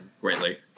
greatly